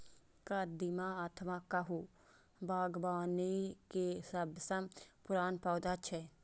कदीमा अथवा कद्दू बागबानी के सबसं पुरान पौधा छियै